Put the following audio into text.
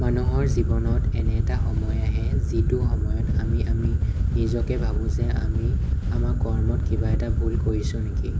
মানুহৰ জীৱনত এনে এটা সময় আহে যিটো সময়ত আমি আমি নিজকে ভাবোঁ যে আমি আমাৰ কৰ্মত কিবা এটা ভুল কৰিছোঁ নেকি